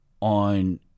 on